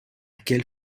quelle